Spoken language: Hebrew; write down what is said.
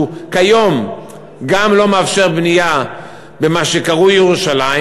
שהוא כיום גם לא מאפשר בנייה במה שקרוי ירושלים,